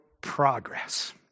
progress